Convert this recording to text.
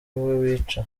wica